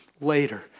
later